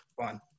fun